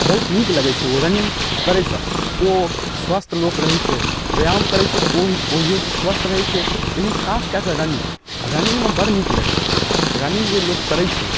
बहुत नीक लगै छै ओ रनिंग करैसँ ओ स्वस्थ लोक रहै छै व्यायाम करै छै तऽ ओहि ओहीयोसँ स्वस्थ रहै छै लेकिन खासकए कऽ रनिंग रनिंगमे बड़ नीक लगै छै रनिंग जे लोक करै छै